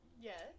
Yes